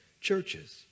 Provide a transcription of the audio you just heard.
churches